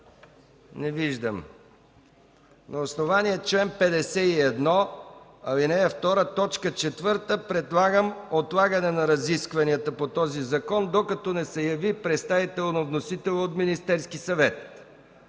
Не виждам. На основание чл. 51, ал. 2, т. 4 предлагам отлагане на разискванията по този закон, докато не се яви представител на вносителя от Министерския съвет